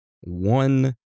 one